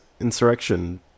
insurrection